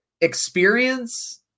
experience